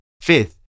Fifth